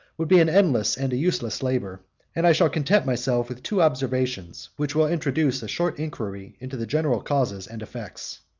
would be an endless and a useless labor and i shall content myself with two observations, which will introduce a short inquiry into the general causes and effects.